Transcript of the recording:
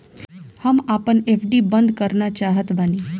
हम आपन एफ.डी बंद करना चाहत बानी